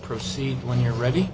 proceed when you're ready